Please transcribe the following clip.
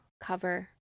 cover